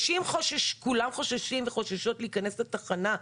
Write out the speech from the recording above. כולם חוששים וחוששות להיכנס לתחנה.